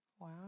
Wow